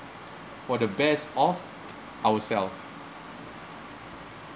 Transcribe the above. for the best of ourself